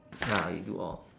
ya we do all